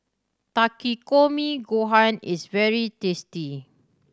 Takikomi Gohan is very tasty